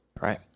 Right